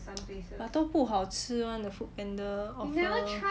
but 都不好吃 [one] the foodpanda offer the